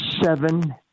seven